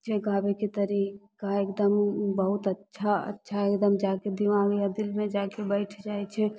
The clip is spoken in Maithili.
छै गाबैके तरीका एकदम बहुत अच्छा अच्छा एकदम जाके दिमाग या दिलमे जाके बैठि जाइ छै